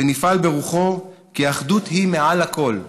ונפעל ברוחו, כי האחדות היא מעל הכול.